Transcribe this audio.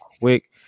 quick